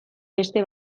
beste